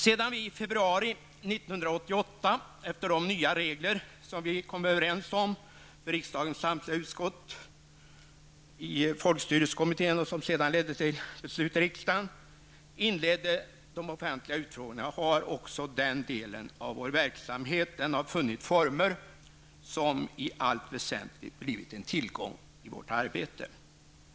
Sedan vi i februari 1988, efter de nya regler som vi kom överens om för riksdagens samtliga utskott i folkstyrelsekommittén och som ledde till beslut i riksdagen, inledde de offentliga utfrågningarna har också den delen av vår verksamhet funnit former, som i allt väsentligt blivit en tillgång i vårt arbete.